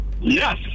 Yes